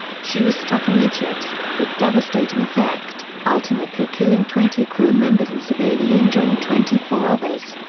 she was struck amidships, with devastating effect, ultimately killing twenty crew members and severely injuring twenty four others.